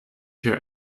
her